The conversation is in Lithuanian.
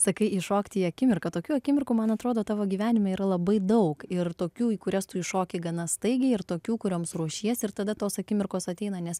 sakai įšokti į akimirką tokių akimirkų man atrodo tavo gyvenime yra labai daug ir tokių į kurias tu įšoki gana staigiai ir tokių kurioms ruošiesi ir tada tos akimirkos ateina nes